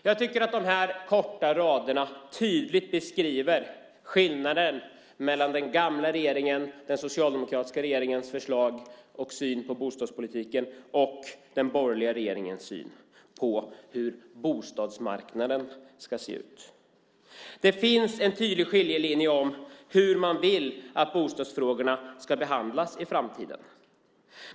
Jag tycker att de här korta raderna tydligt beskriver skillnaden mellan den gamla, socialdemokratiska regeringens förslag och syn på bostadspolitiken och den borgerliga regeringens syn på hur bostadsmarknaden ska se ut. Det finns en tydlig skiljelinje när det gäller hur man vill att bostadsfrågorna ska behandlas i framtiden.